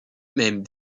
même